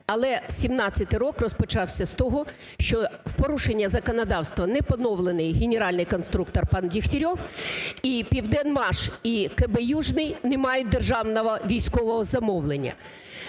Але 17-й рік розпочався з того, що в порушення законодавства не поновлений генеральний конструктор пан Дегтярьов і "Південмаш" і КБ "Южное" не мають державного військового замовлення.